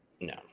No